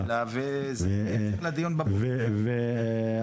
שאלתי את השאלה בהמשך לדיון בבוקר, וזהו.